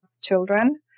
children